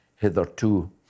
hitherto